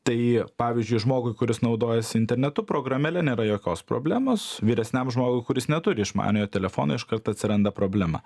tai pavyzdžiui žmogui kuris naudojasi internetu programėle nėra jokios problemos vyresniam žmogui kuris neturi išmaniojo telefono iškart atsiranda problema